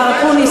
מר אקוניס,